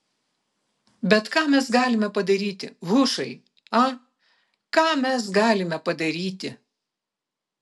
bet ką mes galime padaryti hušai a ką mes galime padaryti